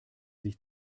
sich